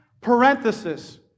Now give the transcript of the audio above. parenthesis